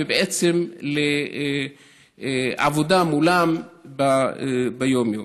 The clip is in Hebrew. ובעצם לעבודה מולם ביום-יום.